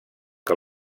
que